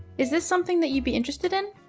is this something that you'd be interested in?